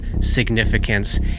significance